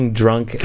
drunk